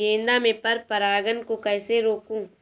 गेंदा में पर परागन को कैसे रोकुं?